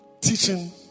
Teaching